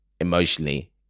emotionally